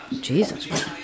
Jesus